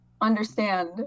understand